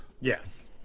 Yes